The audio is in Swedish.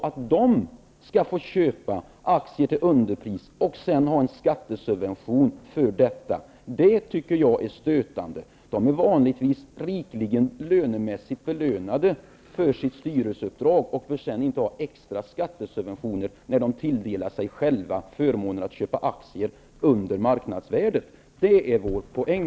Att de skall få köpa aktier till underpris och sedan ha en skattesubvention för detta tycker jag är stötande. De är vanligtvis rikligen lönemässigt belönade för sitt styrelseuppdrag och bör sedan inte ha extra skattesubventioner när de tilldelar sig själva förmånen att köpa aktier under marknadsvärdet. Det är vår poäng.